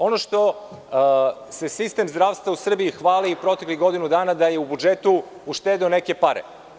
Ono čim se sistem zdravstva u Srbiji hvali, u proteklih godinu dana, je da je u budžetu uštedeo neke pare.